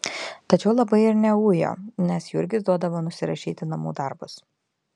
tačiau labai ir neujo nes jurgis duodavo nusirašyti namų darbus